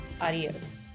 Adios